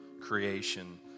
creation